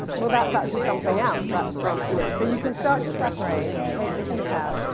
well, that's actually something else. that's from you know. so you can start to separate, take the heat out.